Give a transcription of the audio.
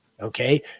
okay